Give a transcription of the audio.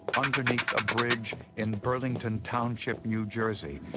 underneath a bridge in burlington township, new jersey,